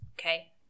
okay